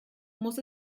muss